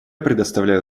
предоставляю